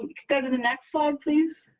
go to the next slide please.